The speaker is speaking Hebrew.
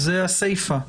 זה הסיפא.